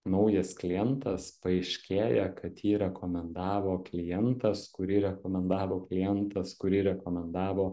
naujas klientas paaiškėja kad jį rekomendavo klientas kurį rekomendavo klientas kurį rekomendavo